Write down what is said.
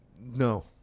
No